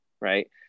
right